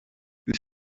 this